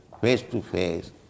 face-to-face